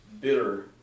bitter